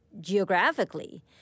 geographically